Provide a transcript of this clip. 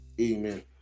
Amen